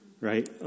right